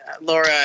Laura